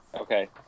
Okay